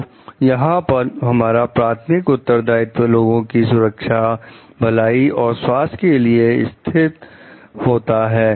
तो यहां पर हमारा प्राथमिक उत्तरदायित्व लोगों की सुरक्षा भलाई और स्वास्थ्य के लिए स्थित होता है